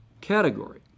category